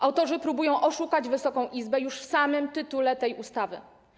Autorzy próbują oszukać Wysoką Izbę już w samym tytule tej ustawy.